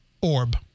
orb